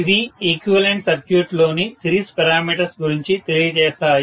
ఇవి equivalent circuit లోని series parameters గురించి తెలియజేస్తాయి